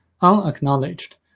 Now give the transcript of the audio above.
Unacknowledged